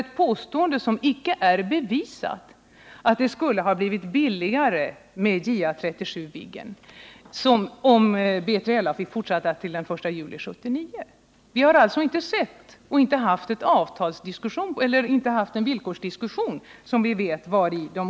Ett påstående som inte är bevisat är att det skulle ha blivit billigare med JA 37 Viggen därför att B3LA-projektet fick fortsätta till den 1 juli 1979.